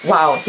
Wow